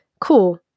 Cool